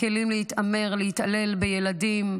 כלים להתעמר, להתעלל, בילדים,